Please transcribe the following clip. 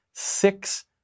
Six